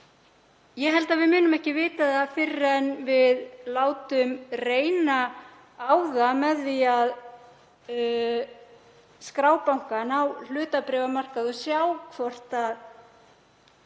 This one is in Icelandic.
Ég held að við munum ekki vita það fyrr en við látum á það reyna með því að skrá bankann á hlutabréfamarkað og sjá hvort